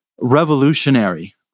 revolutionary